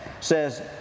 says